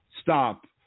stop